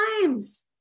times